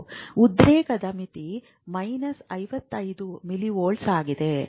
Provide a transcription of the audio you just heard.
ಉದ್ರೇಕದ ಮಿತಿ minus 55 millivolt ಆಗಿದೆ